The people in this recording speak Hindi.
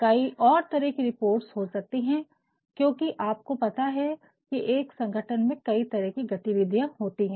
कई और तरह की रिपोर्ट्स हो सकती है क्योंकि आपको पता है एक संगठन में कई तरह की गतिविधियाँ होती है